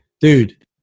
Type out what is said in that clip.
Dude